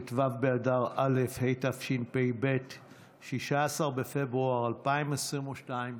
ט"ו באדר א' התשפ"ב (16 בפברואר 2022)